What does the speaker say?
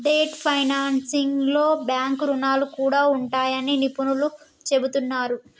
debt ఫైనాన్సింగ్లో bank రుణాలు కూడా ఉంటాయని నిపుణులు చెబుతున్నరు